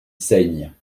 saigne